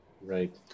right